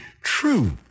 true